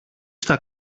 στα